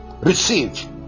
Receive